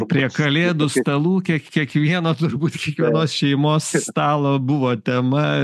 prie kalėdų stalų kiek kiekvieno turbūt kiekvienos šeimos stalo buvo tema